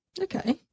Okay